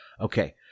okay